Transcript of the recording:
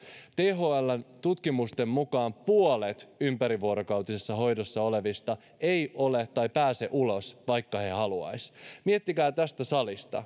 thln tutkimusten mukaan puolet ympärivuorokautisessa hoidossa olevista ei pääse ulos vaikka haluaisi miettikää tätä salia